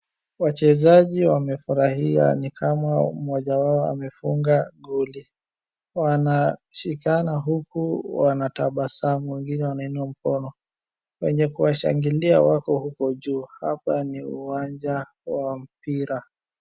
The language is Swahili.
Wachezaji wamefurahia nikama mmoja wao amefunga goli, wanashikana huku wanatabasamu, wengine wanainua mkono. Wenye kuwashangilia wako huku juu, hapa ni uwanja wa mpira.